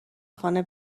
خانه